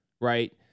Right